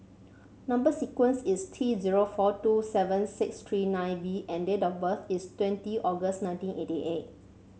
number sequence is T zero four two seven six three nine V and date of birth is twenty August nineteen eighty eight